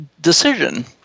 decision